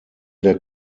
der